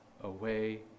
away